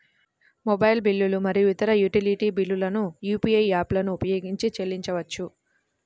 mobile బిల్లులు మరియు ఇతర యుటిలిటీ బిల్లులను యూ.పీ.ఐ యాప్లను ఉపయోగించి చెల్లించవచ్చు